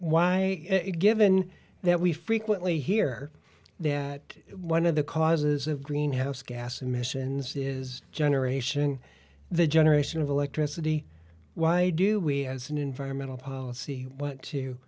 is it given that we frequently hear that one of the causes of greenhouse gas emissions is generation the generation of electricity why do we as an environmental policy what to